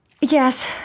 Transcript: Yes